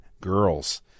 girls